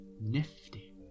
Nifty